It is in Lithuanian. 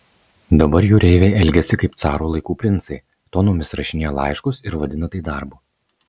dabar jūreiviai elgiasi kaip caro laikų princai tonomis rašinėja laiškus ir vadina tai darbu